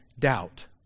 doubt